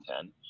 Ten